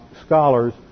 scholars